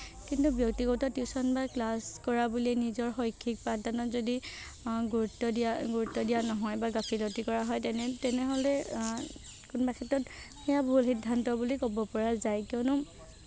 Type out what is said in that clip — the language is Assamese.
কিন্তু ব্যক্তিগত টিউশ্যন বা ক্লাছ কৰা বুলি নিজৰ শৈক্ষিক পাঠদানত যদি গুৰুত্ব দিয়া গুৰুত্ব দিয়া নহয় বা গাফিলতি কৰা হয় তেনে তেনেহ'লে কোনোবা ক্ষেত্ৰত সেইয়া ভুল সিদ্ধান্ত বুলি ক'ব পৰা যায় কিয়নো